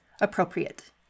appropriate